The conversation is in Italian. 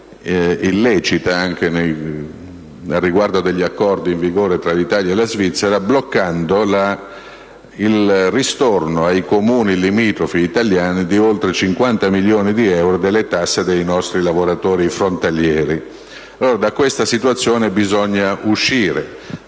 illecita riguardo agli accordi in vigore tra l'Italia e la Svizzera, bloccando il ristorno ai Comuni limitrofi italiani di oltre 50 milioni di euro delle tasse dei nostri lavoratori frontalieri. Da questa situazione bisogna uscire.